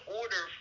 order